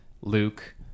Luke